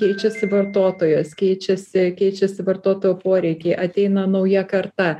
keičiasi vartotojas keičiasi keičiasi vartotojo poreikiai ateina nauja karta